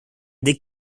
they